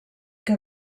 que